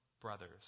brothers